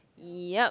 yup